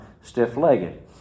stiff-legged